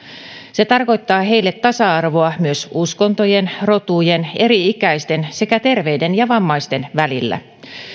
se tarkoittaa heille tasa arvoa myös uskontojen rotujen eri ikäisten sekä terveiden ja vammaisten välillä